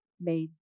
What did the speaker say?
made